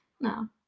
no